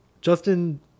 justin